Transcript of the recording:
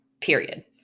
Period